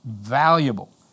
valuable